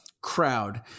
crowd